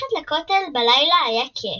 ללכת לכותל בלילה היה כיף.